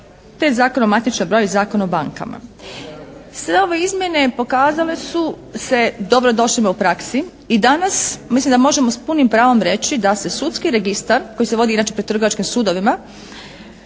te Zakonu o matičnom broju i Zakonu o bankama. Sve ove izmjene pokazale su se dobrodošlima u praksi i danas mislim da možemo s punim pravom reći da se sudski registar koji se vodi inače pri trgovačkim sudovima